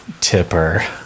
Tipper